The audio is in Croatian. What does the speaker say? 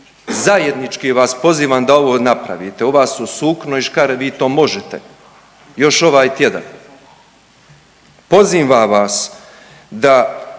Zajednički vas pozivam da ovo napravite. Ova su sukno i škare vi to možete još ovaj tjedan. Pozivam vas da